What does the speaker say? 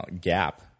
gap